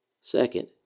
Second